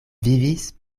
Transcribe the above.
vivis